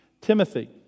Timothy